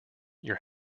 your